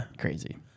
crazy